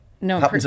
No